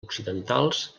occidentals